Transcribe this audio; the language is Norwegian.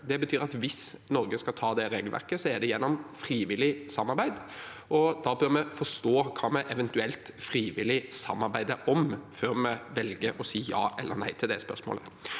Det betyr at hvis Norge skal ha det regelverket, er det gjennom frivillig samarbeid, og da bør vi forstå hva vi eventuelt frivillig samarbeider om før vi velger å si ja eller nei til det spørsmålet.